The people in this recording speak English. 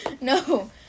No